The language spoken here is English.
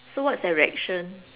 so what's their reaction